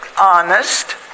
honest